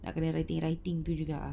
nak kena writing writing tu juga ah